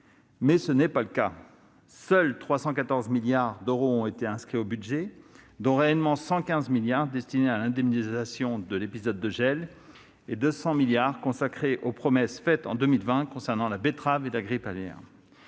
Or tel n'est pas le cas. Seuls 314 milliards d'euros ont été inscrits, dont en réalité 115 milliards sont destinés à l'indemnisation de l'épisode de gel, et 200 milliards sont consacrés aux promesses faites en 2020 concernant la betterave et la grippe aviaire.